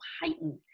heightened